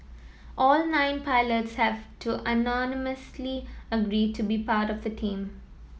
all nine pilots have to agree to be part of the team